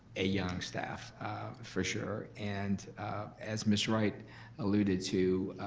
a young staff for sure. and as ms. wright alluded to,